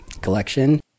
Collection